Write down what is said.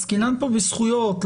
עסקינן פה בזכויות.